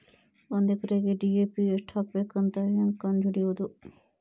ಒಂದು ಎಕರೆಗೆ ಡಿ.ಎ.ಪಿ ಎಷ್ಟು ಹಾಕಬೇಕಂತ ಹೆಂಗೆ ಕಂಡು ಹಿಡಿಯುವುದು?